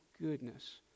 goodness